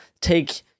take